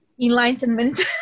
enlightenment